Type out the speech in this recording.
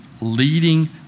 leading